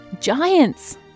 giants